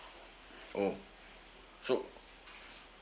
orh so